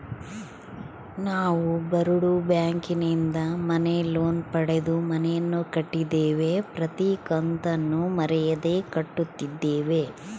ನಾವು ಬರೋಡ ಬ್ಯಾಂಕಿನಿಂದ ಮನೆ ಲೋನ್ ಪಡೆದು ಮನೆಯನ್ನು ಕಟ್ಟಿದ್ದೇವೆ, ಪ್ರತಿ ಕತ್ತನ್ನು ಮರೆಯದೆ ಕಟ್ಟುತ್ತಿದ್ದೇವೆ